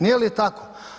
Nije li tako.